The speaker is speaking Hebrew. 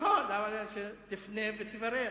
תפנה ותברר.